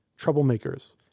troublemakers